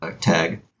tag